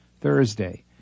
Thursday